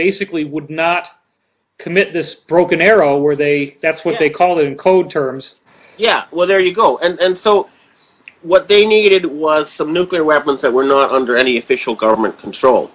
basically would not commit this broken arrow where they that's what they call the code terms yeah well there you go and then so what they needed was some nuclear weapons that were not under any official government control